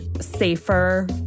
safer